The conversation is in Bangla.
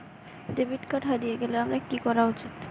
ডেবিট কার্ড হারিয়ে গেলে আমার কি করা উচিৎ?